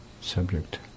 subject